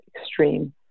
extreme